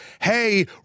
hey